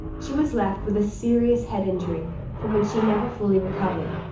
she was left with a serious head injury from which she never fully recovered.